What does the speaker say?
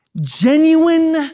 Genuine